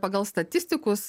pagal statistikus